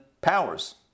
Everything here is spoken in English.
powers